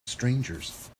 strangers